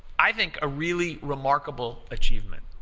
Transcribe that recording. i think a really remarkable achievement.